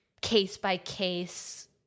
case-by-case